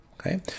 okay